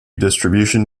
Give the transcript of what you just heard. distribution